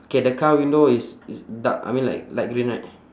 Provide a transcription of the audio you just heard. K the car window is is dark I mean like light green right